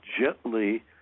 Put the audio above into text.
gently